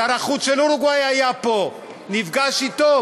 שר החוץ של אורוגוואי היה פה, נפגש אתו.